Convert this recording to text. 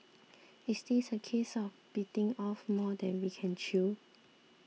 is this a case of biting off more than we can chew